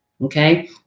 Okay